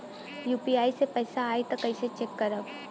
UPI से पैसा आई त कइसे चेक खरब?